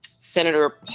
Senator